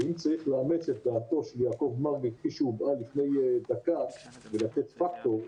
ואם צריך לאמץ את דעתו של יעקב מרגי כפי שהובאה לפני דקה ולתת פקטור,